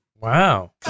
Wow